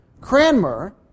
Cranmer